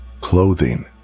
clothing